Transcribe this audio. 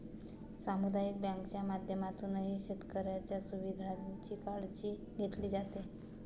सामुदायिक बँकांच्या माध्यमातूनही शेतकऱ्यांच्या सुविधांची काळजी घेतली जाते